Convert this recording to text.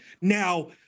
Now